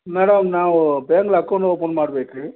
madam ನಾವು ಬ್ಯಾಂಕಲ್ಲಿ account open ಮಾಡ್ಬೇಕು ರೀ